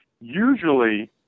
usually